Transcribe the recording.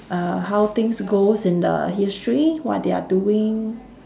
uh how things goes in the history what they're doing